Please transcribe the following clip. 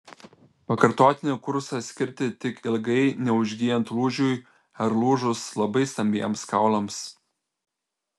pakartotinį kursą skirti tik ilgai neužgyjant lūžiui ar lūžus labai stambiems kaulams